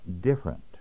different